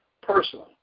personally